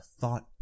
thought